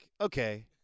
okay